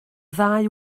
ddau